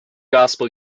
gospel